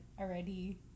already